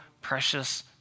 precious